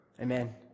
Amen